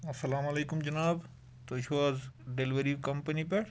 اَسَلام علیکُم جِناب تُہۍ چھُ حظ ڈٮ۪لؤری کَمپٔنی پٮ۪ٹھ